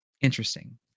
interesting